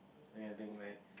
I can think like